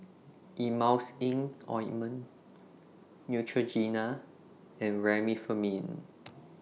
Emulsying Ointment Neutrogena and Remifemin